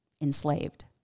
enslaved